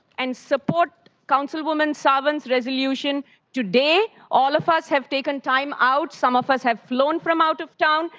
and support councilmember um and sawant's resolution today. all of us have taken time out. some of us have flown in from out of town.